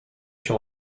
się